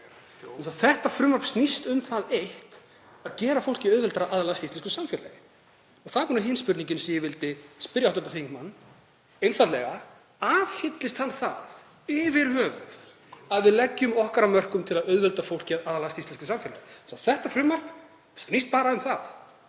Þetta frumvarp snýst um það eitt að gera fólki auðveldara að aðlagast íslensku samfélagi. Þá kemur hin spurningin sem ég vildi spyrja hv. þingmann, einfaldlega: Aðhyllist hann það yfir höfuð að við leggjum okkar af mörkum til að auðvelda fólki að aðlagast íslensku samfélagi? Vegna þess að þetta frumvarp snýst bara um það.